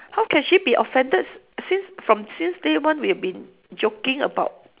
how can she be offended si~ since from since day one we've been joking about